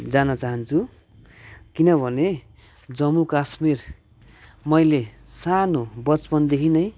जान चाहन्छु किनभने जम्मू कश्मीर मैले सानो बचपनदेखि नै